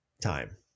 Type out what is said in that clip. time